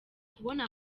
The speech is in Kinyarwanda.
kubona